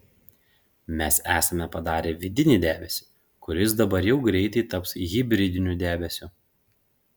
mes esame padarę vidinį debesį kuris dabar jau greitai taps hibridiniu debesiu